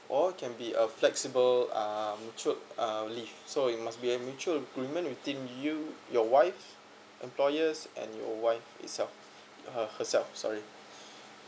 or can be a flexible um mature uh leave so it must be an mutual agreement within you your wife employers and your wife itself her~ herself sorry